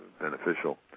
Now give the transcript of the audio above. beneficial